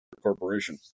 corporation